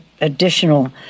additional